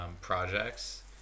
projects